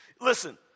Listen